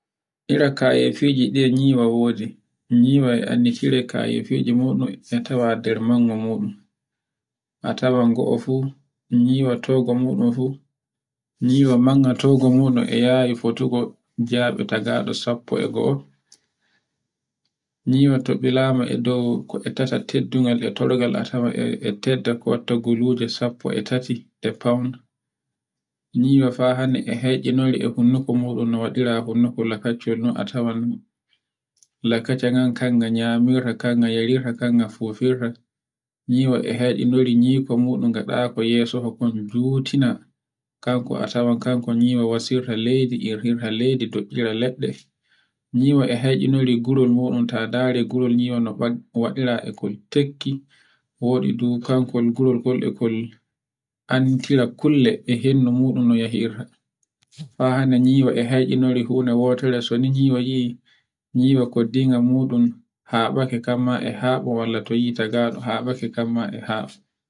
iri kaya fiji e nyiwa wodi, nyiwa e annditire e kayi fiji moɗum e tawa e nder manga muɗum. A ta wan go fu nyiwa toga muɗum fu, nyiwa tonga muɗum fu, nyiwa maunga tonga e yayi fotugo jebe tagaɗo sappo e go'o. nyiwa to bila ma dow ko ettata ga teddugal e tora ngal a tawa e tedda ko wata guruje sappo e tatie fam. Nyiwa fa hannde e fe'inaure e honduk muɗum no waɗira fu ko kula feccol no a tawan, lakatinga kan na nyamirta, kan ga yarirta, kan ga fofirta, nyuwa nga heccinori nyiko muɗum ngaɗako yeso kon juutina, kanko a tawan kanko wasirta leydi, irtirta leydi do'iira leɗɗe. Nyiwa e heccinori gurol muɗum ta nderi gurol nyiwa no waɗira e kol tekke, e waɗi dukankol gurol kol e kol antira kulle e hendu muɗum no yehirta. Fa hannde nyiwa no heccinori fu e no wotire. So ni nyiwa yi'e nyiwa koddiga muɗum haɓake kamma e haɓo walla to yi'e tagaɗo haɓake kamma e haɓo.